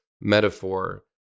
metaphor